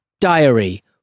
diary